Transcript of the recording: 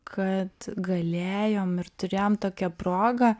kad galėjom ir turėjom tokią progą